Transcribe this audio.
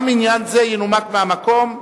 גם עניין זה ינומק מהמקום,